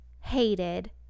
hated